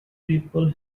people